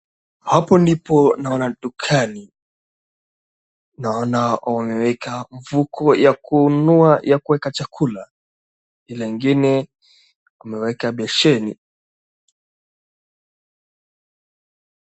Hapo nipo naona dukani, naona wameweka mfuko ya kununua ya kuweka chakula, ile ingine wameweka besheni.